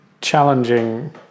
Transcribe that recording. challenging